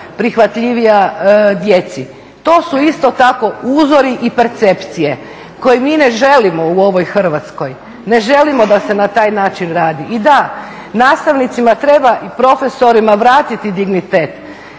prihvatljivija djeci. To su isto tako uzori i percepcije koje mi ne želimo u ovoj Hrvatskoj. Ne želimo da se na taj način radi. I da, nastavnicima treba i profesorima vratiti dignitet.